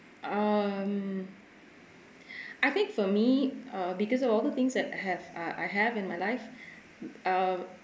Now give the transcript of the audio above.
um I think for me uh because of all the things that I have uh I have in my life uh